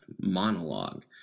monologue